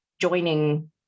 joining